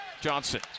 Johnson